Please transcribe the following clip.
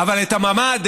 אבל את הממ"ד,